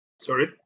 Sorry